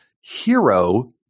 hero